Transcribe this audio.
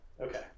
okay